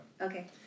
Okay